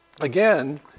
again